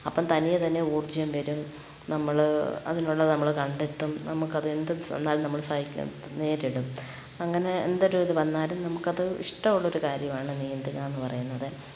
അപ്പം തനിയെ തന്നെ ഊർജ്ജം വരും നമ്മൾ അതിനുള്ളത് നമ്മൾ കണ്ടെത്തും നമുക്കത് എന്തു വന്നാലും നമ്മൾ സഹിക്കും നേരിടും അങ്ങനെ എന്തൊരിതു വന്നാലും നമുക്കതു ഇഷ്ടമുള്ളൊരു കാര്യമാണ് നീന്തുകയെന്നു പറയുന്നത്